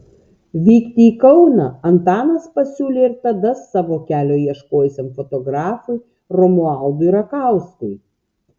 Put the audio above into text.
vykti į kauną antanas pasiūlė ir tada savo kelio ieškojusiam fotografui romualdui rakauskui